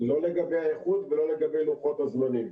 לא לגבי האיכות ולא לגבי לוחות הזמנים,